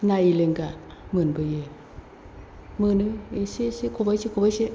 ना एलेंगा मोनबोयो मोनो एसे एसे खबाइसे खबाइसे